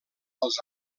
als